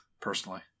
personally